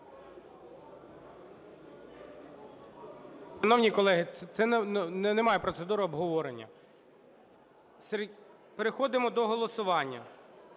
Шановні колеги, це не має процедури обговорення. Переходимо до голосування.